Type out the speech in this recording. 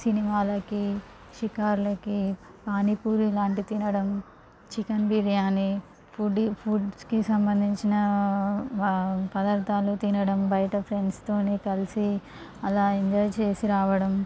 సినిమాలకి షికార్లకి పానీపూరి లాంటి తినడం చికెన్ బిర్యాని ఫుడీ ఫుడ్కి సంబంధించిన పదార్థాలు తినడం బయట ఫ్రెండ్స్తో కలిసి అలా ఎంజాయ్ చేసి రావడం